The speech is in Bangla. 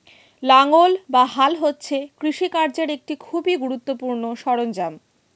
লাঙ্গল বা হাল হচ্ছে কৃষিকার্যের একটি খুবই গুরুত্বপূর্ণ সরঞ্জাম